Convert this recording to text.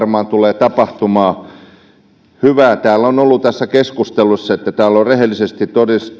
näin varmaan tulee tapahtumaan hyvää täällä tässä keskustelussa on ollut että täällä on rehellisesti